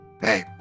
Hey